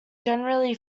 generally